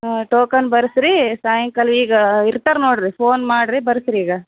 ಹಾಂ ಟೋಕನ್ ಬರೆಸಿರಿ ಸಾಯಂಕಾಲ ಈಗ ಇರ್ತಾರೆ ನೋಡಿರಿ ಫೋನ್ ಮಾಡಿರಿ ಬರೆಸಿರಿ ಈಗ